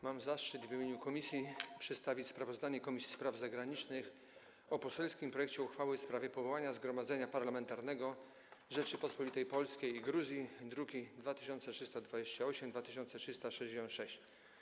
Mam zaszczyt w imieniu komisji przedstawić sprawozdanie Komisji Spraw Zagranicznych o poselskim projekcie uchwały w sprawie powołania Zgromadzenia Parlamentarnego Rzeczypospolitej Polskiej i Gruzji, druki nr 2328 i 2366.